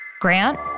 Grant